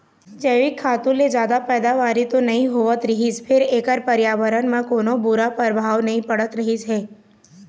जइविक खातू ले जादा पइदावारी तो नइ होवत रहिस फेर एखर परयाबरन म कोनो बूरा परभाव नइ पड़त रहिस हे